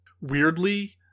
Weirdly